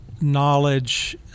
knowledge